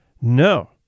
No